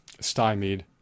stymied